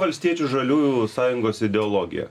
valstiečių žaliųjų sąjungos ideologija